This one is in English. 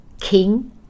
king